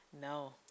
No